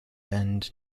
and